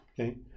Okay